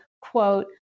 quote